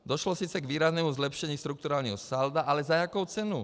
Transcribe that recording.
Došlo sice k výraznému zlepšení strukturálního salda, ale za jakou cenu?